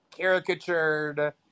caricatured